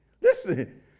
Listen